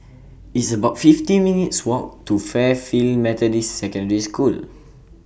It's about fifty minutes' Walk to Fairfield Methodist Secondary School